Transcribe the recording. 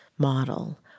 model